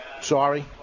Sorry